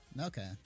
Okay